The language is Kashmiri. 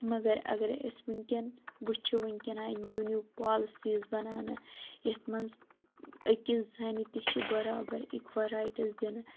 مَگَر اَگَر أسۍ ونکیٚن وُچھو ونکیٚن آیہِ نِیو نِیو پالسیز بَناونہٕ یتھ منٛز أکِس زَنہِ تہِ چھِ بَرابَر اِکوَل رایٹٕس دِنہٕ